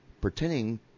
pretending